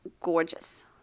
gorgeous